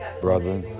brother